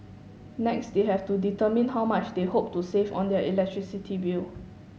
next they have to determine how much they hope to save on their electricity bill